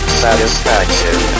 satisfaction